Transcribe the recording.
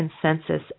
consensus